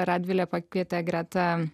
radvilė pakvietė gretą